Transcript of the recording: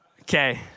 Okay